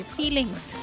feelings